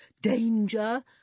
danger